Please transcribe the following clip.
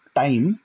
time